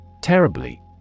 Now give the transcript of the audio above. Terribly